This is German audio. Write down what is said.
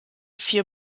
vier